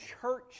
church